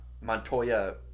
Montoya